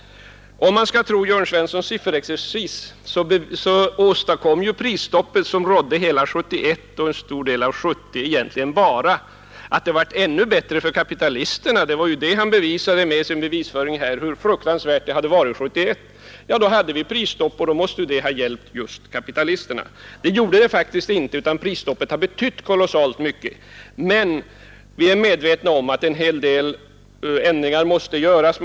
Om man skall tro herr Svenssons sifferexercis så åstadkom det prisstopp som rådde hela år 1971 och en stor del av 1970 egentligen bara att det blev ännu bättre för kapitalisterna. Herr Svensson visade hur fruktansvärt det var under år 1971. Då var det ju prisstopp och förbättringen måste alltså ha gällt kapitalisterna. Så var det nu inte — prisstoppet betydde kolossalt mycket. Men vi är medvetna om att en hel del ändringar måste vidtagas.